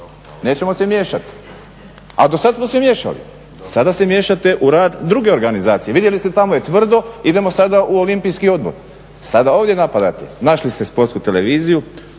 Nećemo se miješati. A do sada smo se miješali. Sada se miješate u rad druge organizacije. Vidjeli ste tamo je tvrdo, idemo sada u Olimpijski odbor, sada ovdje napadate. Našli ste Sportsku televiziju,